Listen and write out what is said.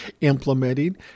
implementing